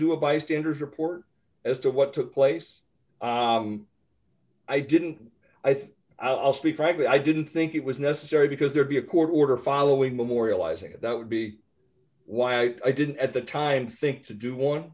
do a bystander's report as to what took place i didn't i think i'll speak frankly i didn't think it was necessary because there'd be a court order following memorializing that would be why i didn't at the time think to do one